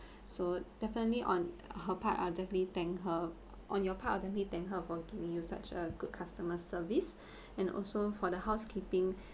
so definitely on her part are definitely thank her on your part I'll definitely thank her for giving you such a good customer service and also for the housekeeping